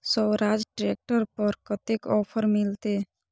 Swaraj tractor पर कतेक offer मिलते?